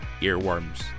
earworms